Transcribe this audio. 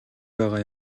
байгаа